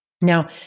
Now